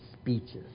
speeches